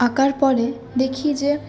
আঁকার পরে দেখি যে